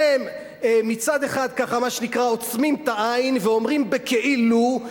מצד אחד אתם עוצמים את העין ואומרים בכאילו,